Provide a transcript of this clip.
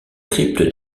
crypte